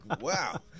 Wow